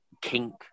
kink